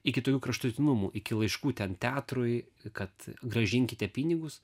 iki tokių kraštutinumų iki laiškų ten teatrui kad grąžinkite pinigus